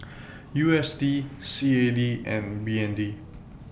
U S D C A D and B N D